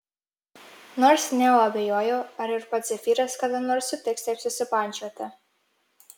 nors neo abejojo ar ir pats zefyras kada nors sutiks taip susipančioti